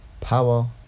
Power